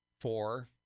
Four